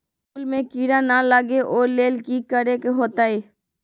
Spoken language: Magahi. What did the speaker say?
फूल में किरा ना लगे ओ लेल कि करे के होतई?